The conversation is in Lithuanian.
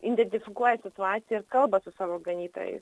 identifikuoja situaciją ir kalba su savo ganytoju